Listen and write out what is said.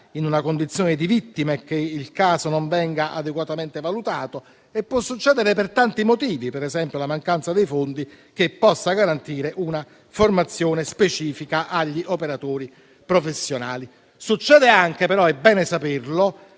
in una condizione di vittima e che il caso non venga adeguatamente valutato e può succedere per tanti motivi: per esempio, la mancanza di fondi che possano garantire una formazione specifica agli operatori professionali. Succede anche però - è bene saperlo